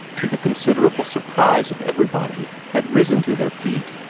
to the considerable surprise of everybody, had risen to their feet,